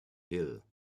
hill